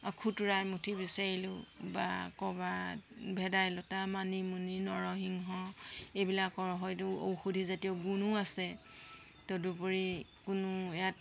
খুতুৰা এমুঠি বিচাৰিলোঁ বা ক'ৰবাত ভেদাইলতা মানিমুনি নৰসিংহ এইবিলাকৰ হয়তো ঔষধিজাতীয় গুণো আছে তদুপৰি কোনো ইয়াত